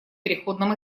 переходном